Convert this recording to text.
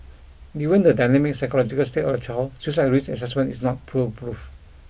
given the dynamic psychological state of the child suicide risk assessment is not foolproof